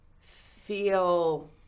feel